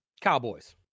Cowboys